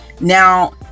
Now